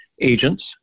agents